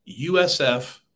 USF